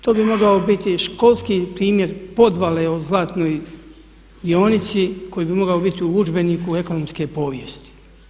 To bi mogao biti školski primjer podvale o zlatnoj dionici koji bi mogao biti u udžbeniku ekonomske povijesti.